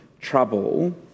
trouble